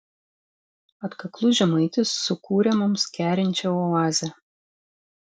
atkaklus žemaitis sukūrė mums kerinčią oazę